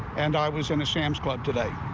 and i was in a sam's club today,